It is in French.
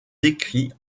écrits